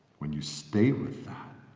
when you stay with that.